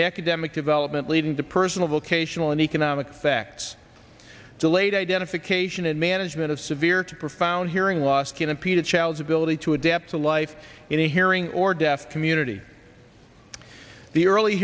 academic development leading to personal vocational and economic facts delayed identification and management of severe to profound hearing loss can impede a child's ability to adapt to life in a hearing or deaf community the early